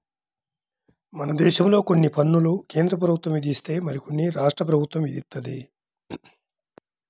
మనదేశంలో కొన్ని పన్నులు కేంద్రప్రభుత్వం విధిస్తే మరికొన్ని రాష్ట్ర ప్రభుత్వం విధిత్తది